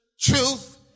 Truth